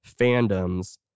fandoms